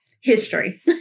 history